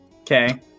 Okay